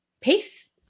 Peace